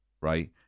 Right